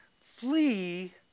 Flee